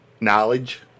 Knowledge